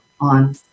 on